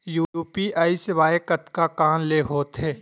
UPI सेवाएं कतका कान ले हो थे?